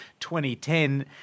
2010